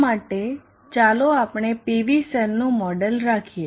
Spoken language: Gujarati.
આ માટે ચાલો આપણે PV સેલનું મોડેલ રાખીએ